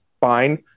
fine